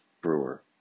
brewer